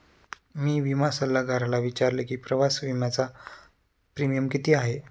मी विमा सल्लागाराला विचारले की प्रवास विम्याचा प्रीमियम किती आहे?